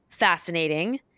fascinating